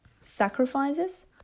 sacrifices